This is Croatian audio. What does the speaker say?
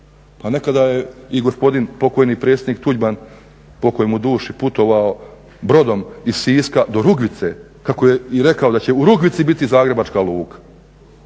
Pa nekada je i gospodin pokojni predsjednik Tuđman, pokoj mu duši, putovao brodom iz Siska do Rugvice, kako je i rekao da će u Rugvici biti zagrebačka luka